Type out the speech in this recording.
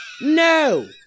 No